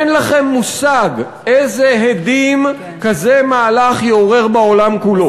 אין לכם מושג איזה הדים מהלך כזה יעורר בעולם כולו.